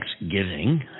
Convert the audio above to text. Thanksgiving